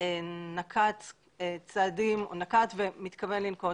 נקט ומתכוון לנקוט